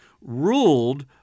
ruled